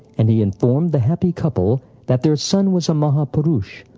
and he informed the happy couple that their son was a mahapurush,